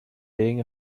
being